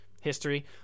history